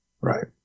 right